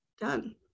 done